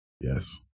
Yes